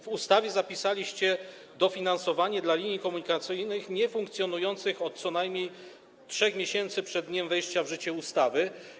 W ustawie zapisaliście dofinansowanie dla linii komunikacyjnych niefunkcjonujących co najmniej od 3 miesięcy przed dniem wejścia w życie ustawy.